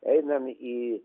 einam į